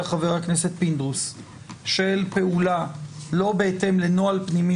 חבר הכנסת פינדרוס של פעולה לא בהתאם לנוהל פנימי